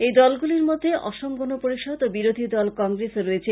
এই দলগুলির মধ্যে অসম গণ পরিষদ ও বিরোধী দল কংগ্রেস ও রয়েছে